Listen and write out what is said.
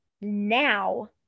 now